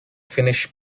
finnish